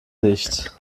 nicht